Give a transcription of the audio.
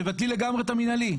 תבטלי לגמרי את המינהלי.